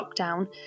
lockdown